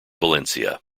valencia